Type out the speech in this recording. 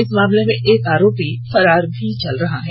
इस मामले में एक आरोपी फरार भी चल रहा है